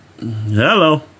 Hello